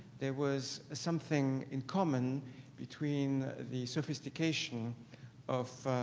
there was something in common between the sophistication of